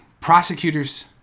prosecutor's